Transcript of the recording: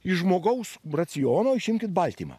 iš žmogaus raciono išimkit baltymą